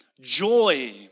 Joy